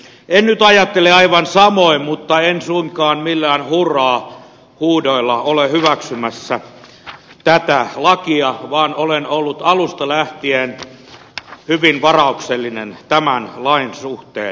en nyt ajattele aivan samoin mutta en suinkaan millään hurraahuudoilla ole hyväksymässä tätä lakia vaan olen ollut alusta lähtien hyvin varauksellinen tämän lain suhteen